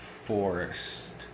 forest